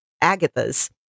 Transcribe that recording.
Agatha's